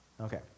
Okay